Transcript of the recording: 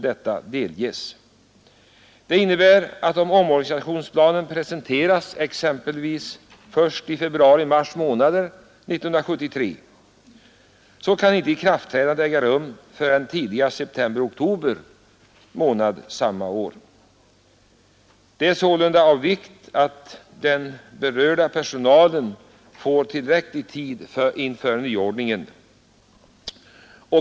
Det innebär att om omorganisationsplanen presenteras exempelvis först i februari-mars månader 1973, kan inte ikraftträdandet äga rum förrän tidigast i september—oktober månader samma år. Det är av vikt att den berörda personalen får tillräcklig tid på sig inför nyordningen.